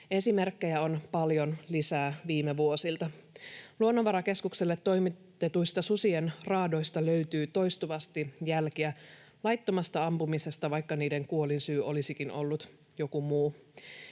Esimerkkejä on paljon lisää viime vuosilta. Luonnonvarakeskukselle toimitetuista susien raadoista löytyy toistuvasti jälkiä laittomasta ampumisesta, vaikka niiden kuolinsyy olisikin ollut joku muu.